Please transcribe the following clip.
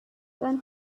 then